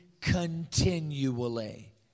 continually